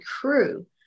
crew